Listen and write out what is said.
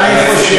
אני חושב,